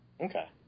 Okay